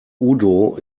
udo